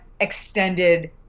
extended